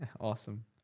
Awesome